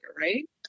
right